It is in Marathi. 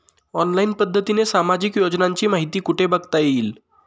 ऑनलाईन पद्धतीने सामाजिक योजनांची माहिती कुठे बघता येईल?